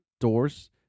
doors